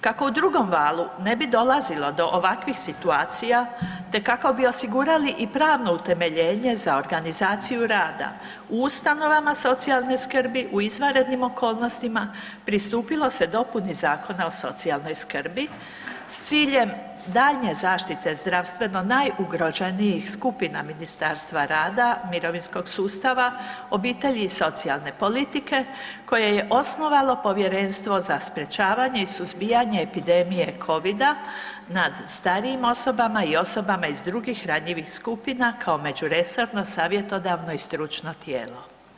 Kako u drugom valu ne bi dolazilo do ovakvih situacija te kako bi osigurali i pravno utemeljenje za organizaciju rada u ustanovama socijalne skrbi u izvanrednim okolnostima pristupilo se dopuni Zakona o socijalnoj skrbi s ciljem daljnje zaštite zdravstveno najugroženijih skupina Ministarstva rada mirovinskog sustava, obitelji i socijalne politike koje je osnovalo Povjerenstvo za sprečavanje i suzbijanje epidemija covida nad starijim osobama i osobama iz drugih ranjivih skupina kao međuresorno, savjetodavno i stručno tijelo.